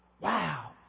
Wow